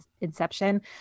inception